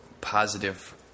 Positive